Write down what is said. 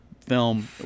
film